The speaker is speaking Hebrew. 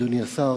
אדוני השר,